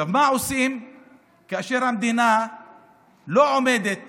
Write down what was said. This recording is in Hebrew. עכשיו, מה עושים כאשר המדינה לא עומדת